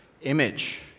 image